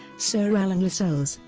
sir alan lascelles,